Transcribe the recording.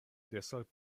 deshalb